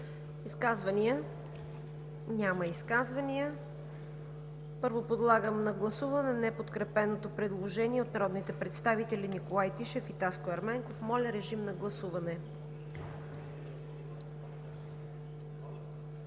Изказвания? Няма. Първо, подлагам на гласуване неподкрепеното предложение от народните представители Николай Тишев и Таско Ерменков. Гласували